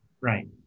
Right